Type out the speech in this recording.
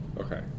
okay